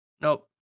Nope